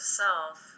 self